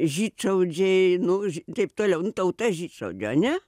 žydšaudžiai nu taip toliau nu tauta žydšaudžių ane